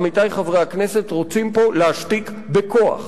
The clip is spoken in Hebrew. עמיתי חברי הכנסת, רוצים פה להשתיק בכוח.